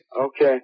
Okay